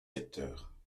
secteurs